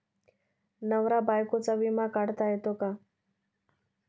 नवरा बायकोचा विमा काढता येतो का?